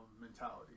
mentality